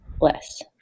less